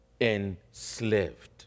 enslaved